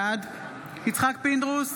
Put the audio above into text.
בעד יצחק פינדרוס,